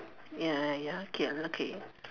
ya ya K unlucky